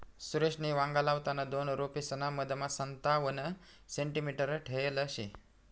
सुरेशनी वांगा लावताना दोन रोपेसना मधमा संतावण सेंटीमीटर ठेयल शे